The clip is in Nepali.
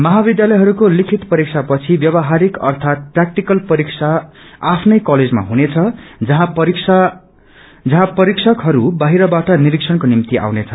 मझ विध्यालयहरूको लिखित परीक्षा पछि व्यवहारिक अर्थात प्रयाव्टिकल परीक्षा आफ्नै कलेजमा हुनेछ जहाँ परीक्षकहरू बाहिरबाट निरीक्षणाको निम्ति आउने छन्